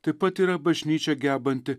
taip pat yra bažnyčia gebanti